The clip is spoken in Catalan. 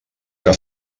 que